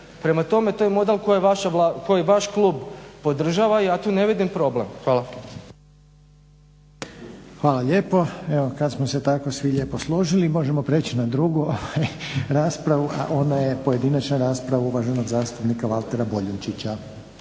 Prema tome to je model koji vaš klub podržava i ja tu ne vidim problem. Hvala. **Reiner, Željko (HDZ)** Hvala lijepo. Evo kad smo se tako svi lijepo složiti možemo preći na drugu raspravu, a ona je pojedinačna rasprava uvaženog zastupnika Valtera Boljunčića.